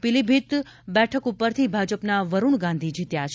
પીલીભીત બેઠક ઉપરથી ભાજપના વરૂણ ગાંધી જીત્યા છે